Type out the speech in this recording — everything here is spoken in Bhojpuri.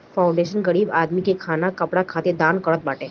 फाउंडेशन गरीब आदमीन के खाना कपड़ा खातिर दान करत बाटे